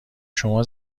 شما